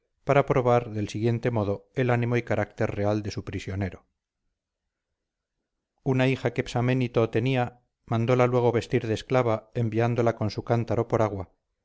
para probar del siguiente modo el ánimo y carácter real de su prisionero una hija que psaménito tenía mandóla luego vestir de esclava enviándola con su cántaro por agua